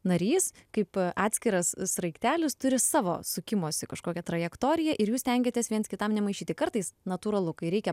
narys kaip atskiras sraigtelis turi savo sukimosi kažkokią trajektoriją ir jūs stengiatės viens kitam nemaišyti kartais natūralu kai reikia